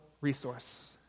resource